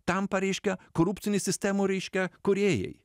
tampa reiškia korupcinių sistemų reiškia kūrėjai